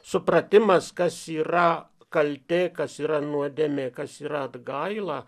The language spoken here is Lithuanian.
supratimas kas yra kaltė kas yra nuodėmė kas yra atgaila